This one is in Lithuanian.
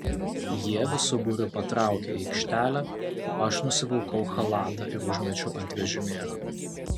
jie visu būriu patraukė į aikštelę o aš nusivilkau chalatą ir užmečiau ant vežimėlio